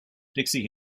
dixie